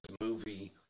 movie